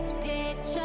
picture